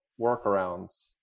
workarounds